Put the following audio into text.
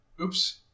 Oops